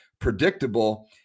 predictable